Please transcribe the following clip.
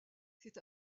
c’est